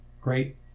great